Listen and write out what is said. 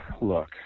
Look